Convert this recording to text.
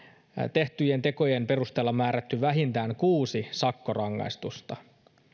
tehtyjen tekojen perusteella määrätty vähintään kuusi sakkorangaistusta